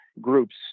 groups